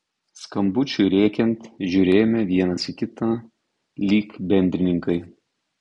skambučiui rėkiant žiūrėjome vienas į kitą lyg bendrininkai